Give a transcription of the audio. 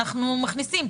אנחנו מכניסים.